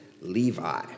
Levi